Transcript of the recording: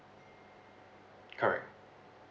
correct